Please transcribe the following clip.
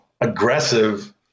aggressive